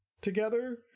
together